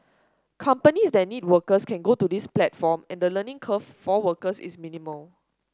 companies that need workers can go to this platform and the learning curve for workers is minimal